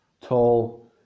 Tall